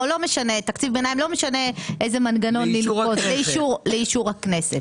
או תקציב ביניים או לא משנה איזה מנגנון לאישור הכנסת.